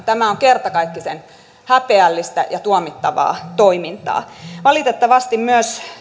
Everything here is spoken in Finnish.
tämä on kertakaikkisen häpeällistä ja tuomittavaa toimintaa valitettavasti myös